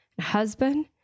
husband